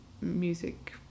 music